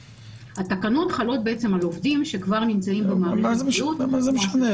התקנות חלות על עובדים שכבר נמצאים במערכת הבריאות --- מה זה משנה?